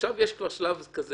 עכשיו יש שלב כזה